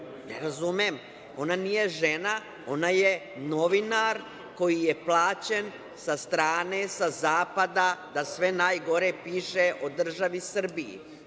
razumem. Ona nije žena, ona je novinar koji je plaćen sa strane, sa zapada da sve najgore piše o državi Srbiji,